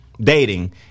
dating